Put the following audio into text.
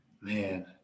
man